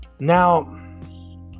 Now